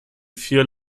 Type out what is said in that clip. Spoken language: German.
vier